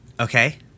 Okay